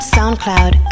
Soundcloud